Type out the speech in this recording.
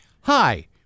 Hi